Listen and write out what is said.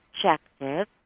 objective